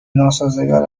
ناسازگار